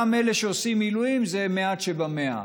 גם אלה שעושים מילואים זה מעט שבמעט.